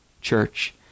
church